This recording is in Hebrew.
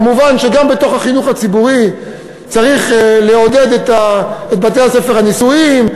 מובן שגם בתוך החינוך הציבורי צריך לעודד את בתי-הספר הניסויים,